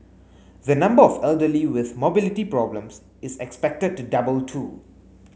the number of elderly with mobility problems is expected to double too